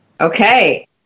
Okay